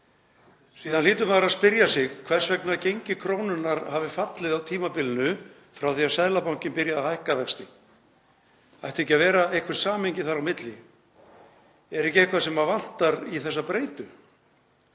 Síðan hlýtur maður að spyrja sig hvers vegna gengi krónunnar hafi fallið á tímabilinu frá því að Seðlabankinn byrjaði að hækka vexti. Ætti ekki að vera eitthvert samhengi þar á milli? Er ekki eitthvað sem vantar í þessa breytu?